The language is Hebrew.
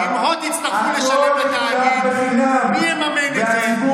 אם הוט יצטרכו לשלם לתאגיד, מי יממן את זה?